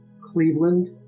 Cleveland